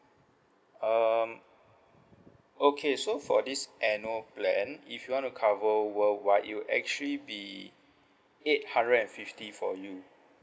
um okay so for this annual plan if you want to cover worldwide it will actually be eight hundred and fifty for you